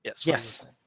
Yes